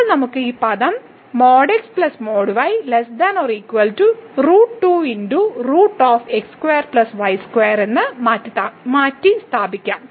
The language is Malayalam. ഇപ്പോൾ നമുക്ക് ഈ പദം ഇവിടെ മാറ്റിസ്ഥാപിക്കാം